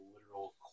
literal